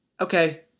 Okay